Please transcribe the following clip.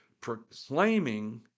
Proclaiming